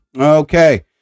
Okay